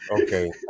okay